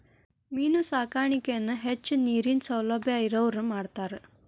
main ಸಾಕಾಣಿಕೆನ ಹೆಚ್ಚು ನೇರಿನ ಸೌಲಬ್ಯಾ ಇರವ್ರ ಮಾಡ್ತಾರ